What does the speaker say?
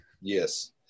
Yes